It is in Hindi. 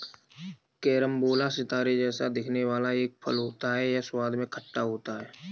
कैरम्बोला सितारे जैसा दिखने वाला एक फल होता है यह स्वाद में खट्टा होता है